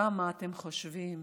כמה אתם חושבים